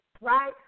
right